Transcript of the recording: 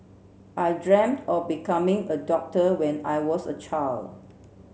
I dreamt of becoming a doctor when I was a child